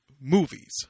movies